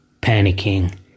panicking